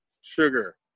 sugar